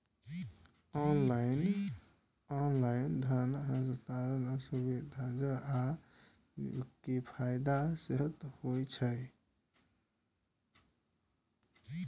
online धन हस्तांतरण सुविधाजनक आ किफायती सेहो होइ छै